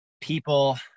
people